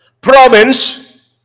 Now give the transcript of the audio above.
province